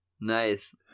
Nice